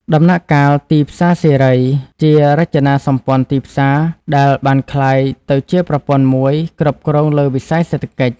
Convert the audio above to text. ដំណាក់កាល "ទីផ្សារសេរី" ជារចនាសម្ព័ន្ធទីផ្សារដែលបានក្លាយទៅជាប្រព័ន្ធមួយគ្រប់គ្រងលើវិស័យសេដ្ឋកិច្ច។